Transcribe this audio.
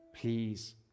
please